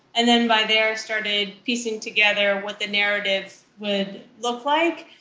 and then by there, started piecing together what the narrative would look like.